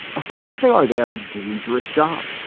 of course they are. they have a dangerous job,